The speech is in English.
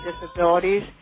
disabilities